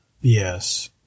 Yes